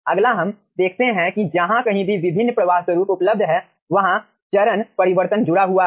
अगला हम देखते हैं कि जहां कहीं भी विभिन्न प्रवाह स्वरूप उपलब्ध हैं वहां चरण परिवर्तन जुड़ा हुआ है